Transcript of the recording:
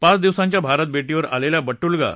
पाच दिवसांच्या भारत भेटीवर आलेल्या बटुलगा